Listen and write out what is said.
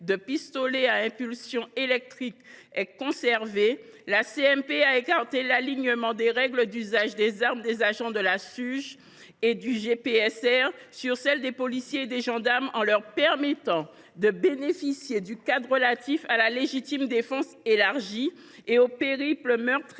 de pistolets à impulsion électrique a été conservée, la commission mixte paritaire a écarté l’alignement des règles d’usage des armes des agents de la Suge et du GPSR sur celles des policiers et des gendarmes, tout en leur permettant de bénéficier du cadre relatif à la « légitime défense élargie » et au « périple meurtrier